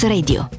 Radio